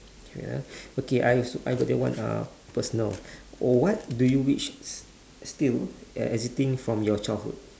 ah okay I got that one uhh personal what do you wish still e~ existing your childhood